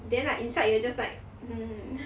then like inside you will just like hmm